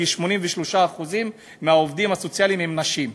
כ-83% מהעובדים הסוציאליים הם נשים.